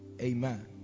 Amen